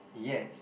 yes